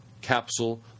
capsule